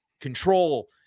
control